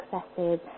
successes